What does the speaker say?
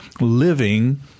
living